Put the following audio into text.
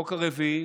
החוק הרביעי